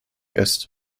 ist